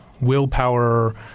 willpower